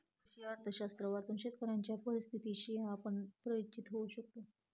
कृषी अर्थशास्त्र वाचून शेतकऱ्यांच्या परिस्थितीशी आपण परिचित होऊ शकतो